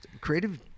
creative